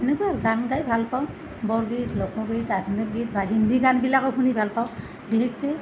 সেনেকৈ গান গাই ভাল পাওঁ বৰগীত লোকগীত আধুনিক গীত বা হিন্দী গানবিলাকো শুনি ভাল পাওঁ বিশেষকৈ